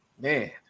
man